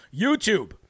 YouTube